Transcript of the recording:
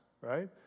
right